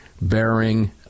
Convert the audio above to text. bearing